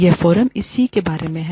यह फोरम इसी के बारे में है